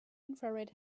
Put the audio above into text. infrared